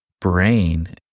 brain